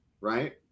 right